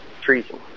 treason